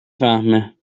فهمه